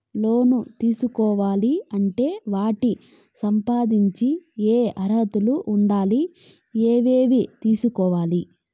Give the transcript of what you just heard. లోను తీసుకోవాలి అంటే వాటికి సంబంధించి ఏమి అర్హత ఉండాలి, ఏమేమి తీసుకురావాలి